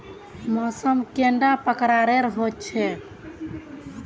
मौसम कैडा प्रकारेर होचे?